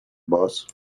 boss